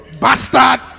bastard